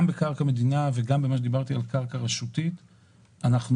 גם בקרקע מדינה וגם בקרקע רשותית ניתנות